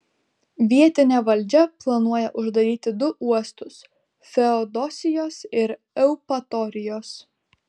vietinė valdžia planuoja uždaryti du uostus feodosijos ir eupatorijos